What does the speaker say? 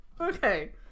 Okay